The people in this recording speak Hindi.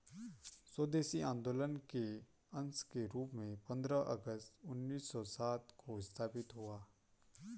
स्वदेशी आंदोलन के अंश के रूप में पंद्रह अगस्त उन्नीस सौ सात को स्थापित हुआ